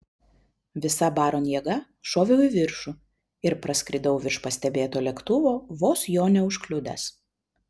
visa baron jėga šoviau į viršų ir praskridau virš pastebėto lėktuvo vos jo neužkliudęs